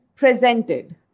presented